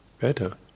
better